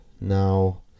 Now